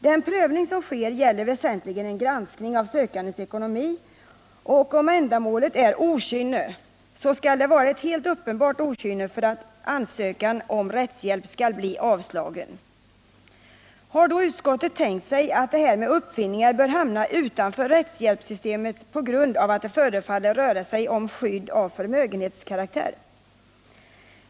Den prövning som sker gäller väsentligen en granskning av sökandens ekonomi, och om ändamålet är okynne, så skall det vara ett helt uppenbart okynne för att ansökan om rättshjälp skall bli avslagen. Har då utskottet tänkt sig att det här med uppfinningar bör hamna utanför rättshjälpssystemet på grund av att det förefaller röra sig om skydd av förmögenhetskaraktär?